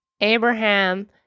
Abraham